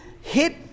hit